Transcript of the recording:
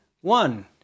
One